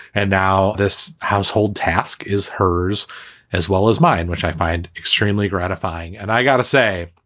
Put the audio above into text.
and now this household task is hers as well as mine, which i find extremely gratifying and i got to say,